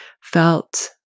felt